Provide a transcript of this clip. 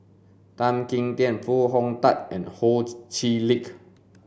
Tan Kim Tian Foo Hong Tatt and Ho Chee Lick